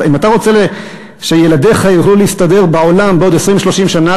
אם אתה רוצה שילדיך יוכלו להסתדר בעולם בעוד 20 30 שנה,